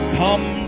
come